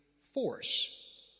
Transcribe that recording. force